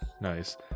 Nice